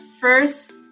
first